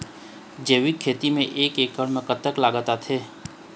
जैविक खेती म एक एकड़ म कतक लागत आथे?